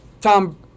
Tom